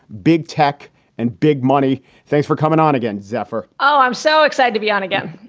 big tech and big money. thanks for coming on again. zephyr oh, i'm so excited to be on again.